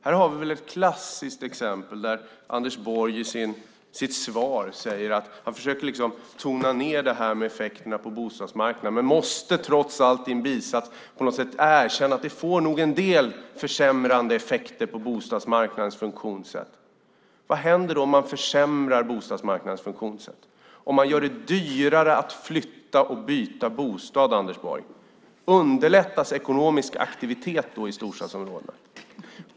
Här har vi ett klassiskt exempel på hur Anders Borg i sitt svar försöker tona ned effekterna på bostadsmarknaden men trots allt i en bisats måste erkänna att det nog får en del försämrande effekter på bostadsmarknadens funktionssätt. Vad händer om man försämrar bostadsmarknadens funktionssätt och gör det dyrare att flytta och byta bostad, Anders Borg? Underlättas ekonomisk aktivitet i storstadsområdena?